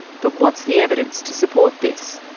but what's the evidence to support this?